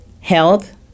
health